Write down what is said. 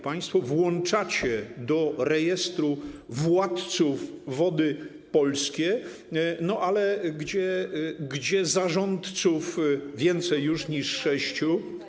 Państwo włączacie do rejestru władców Wody Polskie, ale gdzie zarządców więcej już niż sześciu.